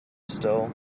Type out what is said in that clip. still